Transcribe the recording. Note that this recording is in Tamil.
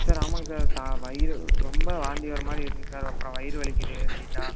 சார் ஆமாங்க சார் த வயிறு ரொம்ப வாந்தி வர மாதிரி இருக்குதுங் அப்புறம் வயிறு வலிக்குது லைட்டாக